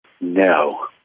No